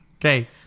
Okay